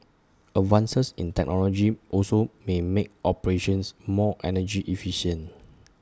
advances in technology also may make operations more energy efficient